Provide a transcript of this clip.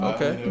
Okay